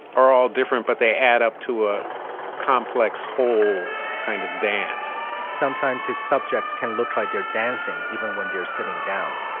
are all different, but they add up to a complex whole kind of dance sometimes his subjects can look like they're dancing even when they're sitting down.